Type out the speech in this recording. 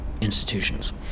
institutions